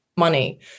money